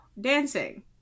dancing